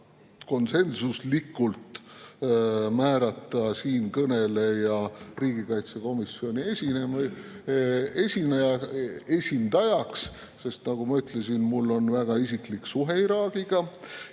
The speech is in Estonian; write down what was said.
konsensuslikult määrata siinkõneleja riigikaitsekomisjoni esindajaks, sest, nagu ma ütlesin, mul on väga isiklik suhe Iraagiga.